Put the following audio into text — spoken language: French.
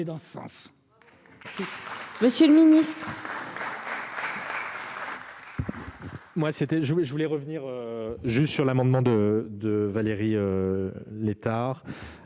Dans ce sens,